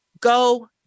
go